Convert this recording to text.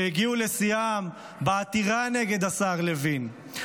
שהגיעו לשיאם בעתירה נגד השר לוין,